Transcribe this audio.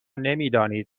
نمیدانید